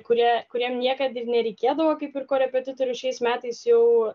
kurie kuriem niekad ir nereikėdavo kaip ir korepetitorius šiais metais jau